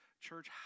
Church